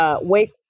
Wake